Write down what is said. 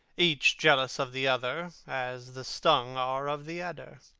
each jealous of the other, as the stung are of the adder.